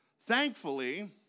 thankfully